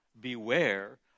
beware